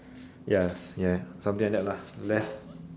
ya ya something like that lah less